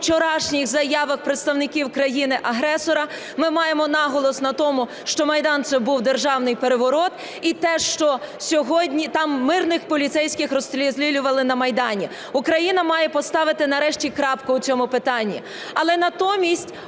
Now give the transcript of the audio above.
вчорашніх заявах представників країни-агресора ми маємо наголос на тому, що Майдан – це був державний переворот і те, що сьогодні… там мирних поліцейських розстрілювали на Майдані. Україна має поставити нарешті крапку в цьому питанні, але натомість